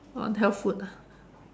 on health food ah